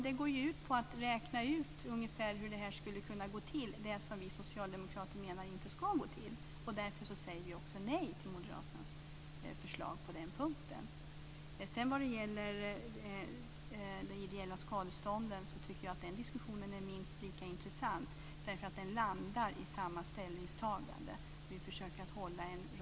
Det går ju ut på att räkna ut hur det som vi socialdemokrater inte vill ha ungefär skulle kunna gå till. Därför säger vi också nej till förslaget på den punkten. Jag tycker att diskussionen om de ideella skadestånden är minst lika intressant eftersom den landar i samma ställningstagande.